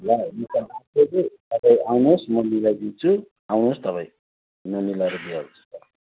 ल हुन्छ तपाईँ आउनुहोस् म मिलाइदिन्छु आउनुहोस् तपाईँ म मिलाएर दिइहाल्छु